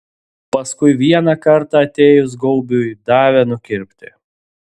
paskui vieną kartą atėjus gaubiui davė nukirpti